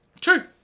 True